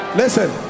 listen